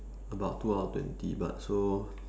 about two hour twenty but so